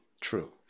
True